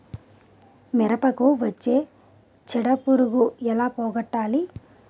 మిరపకు వచ్చే చిడపురుగును ఏల పోగొట్టాలి?